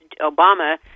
Obama